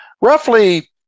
roughly